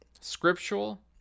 scriptural